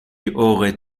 auraient